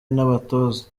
n’abatoza